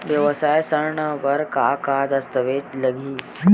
वेवसायिक ऋण बर का का दस्तावेज लगही?